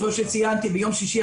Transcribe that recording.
כפי שציינתי,